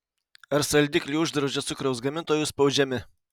ar saldiklį uždraudžia cukraus gamintojų spaudžiami